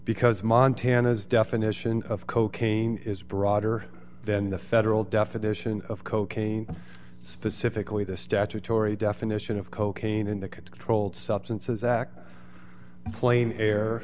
because montana's definition of cocaine is broader than the federal definition of cocaine specifically the statutory definition of cocaine in the controlled substances act plane air